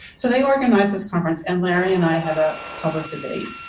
so they organized this conference and larry and i had a public debate.